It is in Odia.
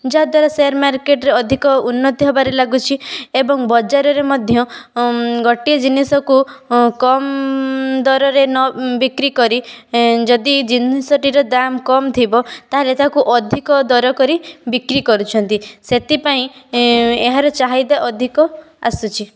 ଯାହା ଦ୍ଵାରା ସେୟାର ମାର୍କେଟ ରେ ଅଧିକ ଉନ୍ନତି ହେବାରେ ଲାଗୁଛି ଏବଂ ବଜାରରେ ମଧ୍ୟ ଗୋଟିଏ ଜିନିଷ କୁ କମ୍ ଦରରେ ନ ବିକ୍ରୀ କରି ଯଦି ଜିନିଷ ଟିର ଦାମ୍ କମ୍ ଥିବ ତାହଲେ ତାକୁ ଅଧିକ ଦର କରି ବିକ୍ରୀ କରୁଛନ୍ତି ସେଥିପାଇଁ ଏହାର ଚାହିଦା ଅଧିକ ଆସୁଛି